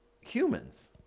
humans